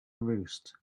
roost